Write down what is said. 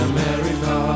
America